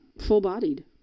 full-bodied